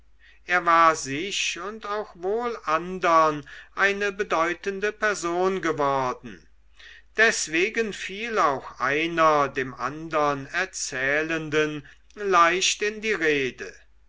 er war sich und auch wohl andern eine bedeutende person geworden deswegen fiel auch einer dem andern erzählenden leicht in die rede